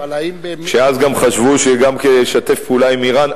כשאז גם חשבו כן לשתף פעולה עם אירן,